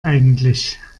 eigentlich